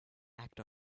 act